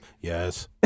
yes